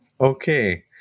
Okay